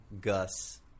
Gus